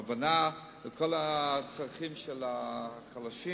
והבנה לכל הצרכים של החלשים.